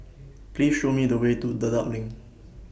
Please Show Me The Way to Dedap LINK